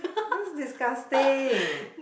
that was disgusting